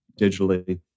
digitally